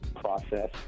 process